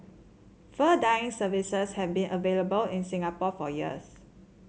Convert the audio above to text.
fur dyeing services have been available in Singapore for years